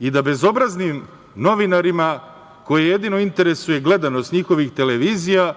i da bezobraznim novinarima, koje jedino interesuje gledanost njihovih televizija,